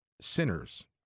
sinners